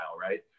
right